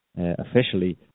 officially